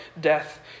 death